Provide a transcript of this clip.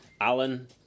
Alan